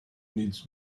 needs